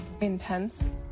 intense